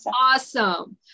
Awesome